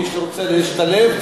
מי שרוצה להשתלב,